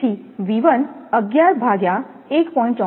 તેથી અગિયાર ભાગ્યા 1